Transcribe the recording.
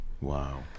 Wow